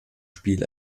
spiel